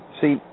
See